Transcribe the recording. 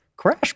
Crash